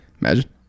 Imagine